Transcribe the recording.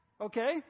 okay